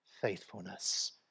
faithfulness